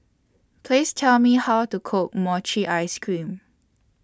Please Tell Me How to Cook Mochi Ice Cream